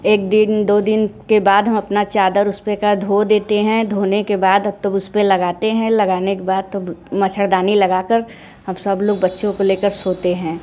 एक दिन दो दिन के बाद हम अपना चादर उसे पर का धो देते हैं धोने के बाद अब तो उस पर लगाते हैं लगाने के बाद तो मच्छरदानी लगाकर हम सब लोग बच्चों को लेकर सोते हैं